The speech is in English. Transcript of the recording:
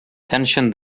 tension